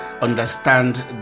understand